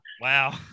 wow